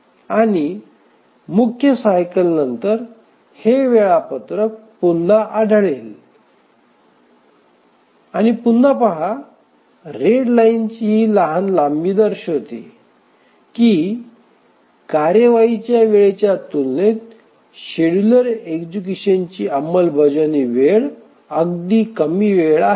आणि मुख्य सायकलनंतर हे वेळापत्रक पुन्हा आढळेल आणि पुन्हा पहा रेड लाइनची ही लहान लांबी दर्शविते की कार्यवाहीच्या वेळेच्या तुलनेत शेड्यूलर एक्झिक्युशनची अंमलबजावणी वेळ अगदी कमी वेळ आहे